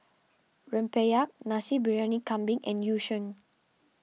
Rempeyek Nasi Briyani Kambing and Yu Sheng